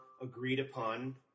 agreed-upon